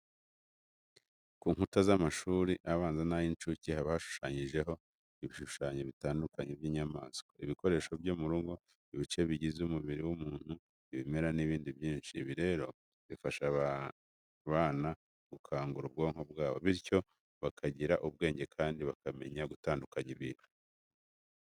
Ku nkuta z'amashuri abanza n'ay'incuke haba hashushanyijeho ibishushanyo bitandukanye by'inyamaswa, ibikoresho byo mu rugo, ibice bigize umubiri w'umuntu, ibimera n'ibindi byinshi. Ibi rero bifasha aba bana gukangura ubwonko bwabo, bityo bakagira ubwenge kandi bakamenya gutandukanya ibintu.